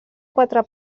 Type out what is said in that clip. quatre